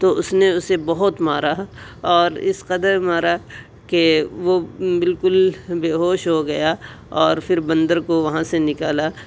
تو اس نے اسے بہت مارا اور اس قدر مارا کہ وہ بالکل بے ہوش ہوگیا اور پھر بندر کو وہاں سے نکالا